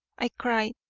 i cried,